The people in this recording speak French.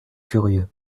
curieux